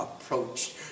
approach